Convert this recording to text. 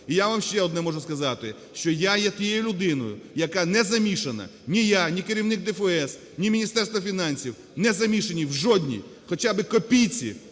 І я вам ще одне можу сказати, що я є тією людиною, яка не замішана, ні я, ні керівник ДФС, ні Міністерство фінансів не замішані в жодній хоча би копійці